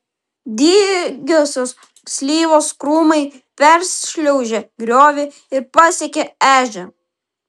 dygiosios slyvos krūmai peršliaužė griovį ir pasiekė ežią